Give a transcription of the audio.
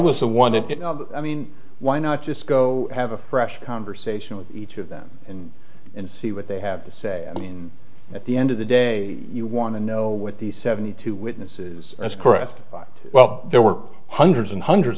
was the one that i mean why not just go have a fresh conversation with each of them and see what they have to say i mean at the end of the day you want to know what the seventy two witnesses that's correct well there were hundreds and hundreds